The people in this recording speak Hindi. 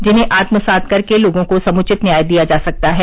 जिन्हें आत्मसात कर लोगों को समुचित न्याय दिया जा सकता है